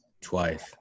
Twice